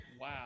Wow